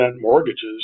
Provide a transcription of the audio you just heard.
mortgages